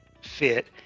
fit